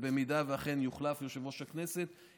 ואם אכן יוחלף יושב-ראש הכנסת,